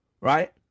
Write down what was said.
right